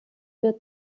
wird